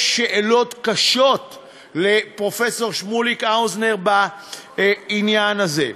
יש שאלות קשות לפרופסור שמוליק האוזר בעניין הזה,